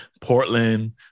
Portland